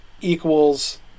equals